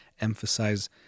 emphasize